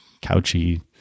couchy